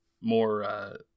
more